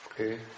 Okay